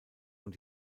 und